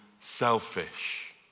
selfish